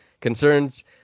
concerns